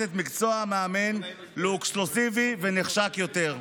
את מקצוע המאמן לאקסקלוסיבי ונחשק יותר.